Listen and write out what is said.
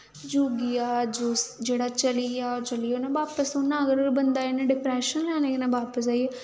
जो गेआ जेह्ड़ा चली गेआ ओह् चली गेआ उन्नै बापस थोह्ड़ा ना अगर बंदा डिप्रैशन लैने कन्नै बापस आई जा